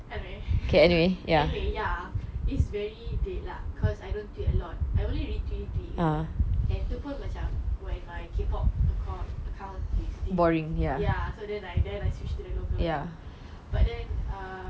anyway anyway ya it's very dead lah cause I don't tweet a lot I only retweet retweet gitu and itu pun macam when my K pop account is dead ya so then I switch to the local but them um